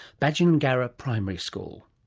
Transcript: badgingarra primary school.